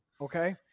Okay